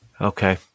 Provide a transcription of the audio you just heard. Okay